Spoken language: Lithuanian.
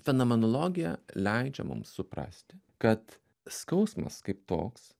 fenomenologija leidžia mums suprasti kad skausmas kaip toks